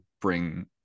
bring